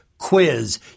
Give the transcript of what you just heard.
quiz